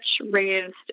raised